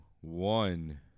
one